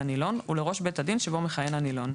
לנילון ולראש בית הדין שבו מכהן הנילון,